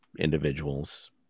individuals